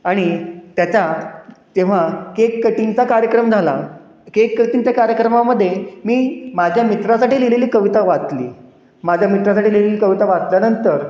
आणि त्याचा जेव्हा केक कटिंगचा कार्यक्रम झाला केक कटिंगच्या कार्यक्रमामध्ये मी माझ्या मित्रासाठी लिहिलेली कविता वाचली माझ्या मित्रासाठी लिहिलेली कविता वाचल्यानंतर